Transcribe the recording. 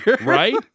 Right